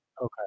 Okay